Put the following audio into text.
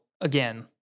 again